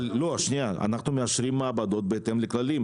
אנחנו מאשרים מעבדות בהתאם לכללי,